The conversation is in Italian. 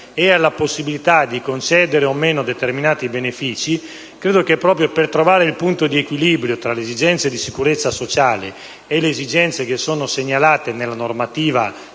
e alla possibilità di concedere o meno determinati benefici, credo che proprio per trovare il punto di equilibrio tra le esigenze di sicurezza sociale e le esigenze segnalate nella normativa